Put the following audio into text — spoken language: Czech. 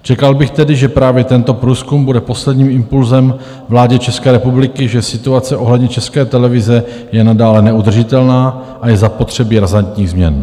Čekal bych tedy, že právě tento průzkum bude posledním impulsem vládě České republiky, že situace ohledně České televize je nadále neudržitelná a je zapotřebí razantních změn.